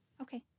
Okay